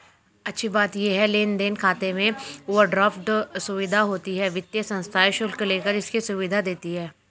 अच्छी बात ये है लेन देन खाते में ओवरड्राफ्ट सुविधा होती है वित्तीय संस्थाएं शुल्क लेकर इसकी सुविधा देती है